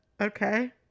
okay